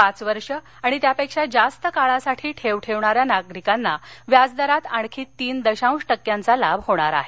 पाच वर्ष आणि त्यापेक्षा जास्त काळासाठी ठेव ठेवणाऱ्या ज्येष्ठ नागरिकांना व्याजदरात आणखी तीन दशांश टक्क्यांचा लाभ होणार आहे